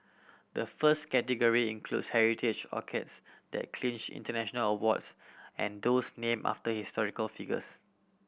the first category includes heritage orchids that clinched international awards and those name after historical figures